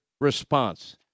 response